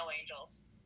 angels